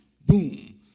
boom